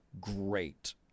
great